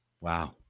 Wow